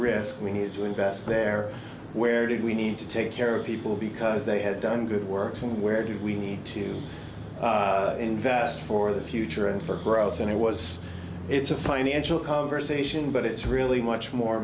risk we needed to invest there where did we need to take care of people because they had done good work so where do we need to invest for the future and for growth and i was it's a financial conversation but it's really much more